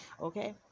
okay